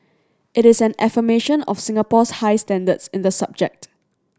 it is an affirmation of Singapore's high standards in the subject